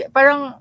Parang